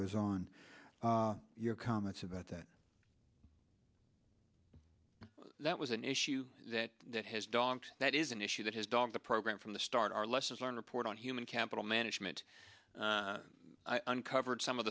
goes on your comments about that that was an issue that has dogged that is an issue that has dogged the program from the start our lessons learned report on human capital management uncovered some of